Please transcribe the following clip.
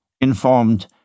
informed